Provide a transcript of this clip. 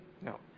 no